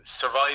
survive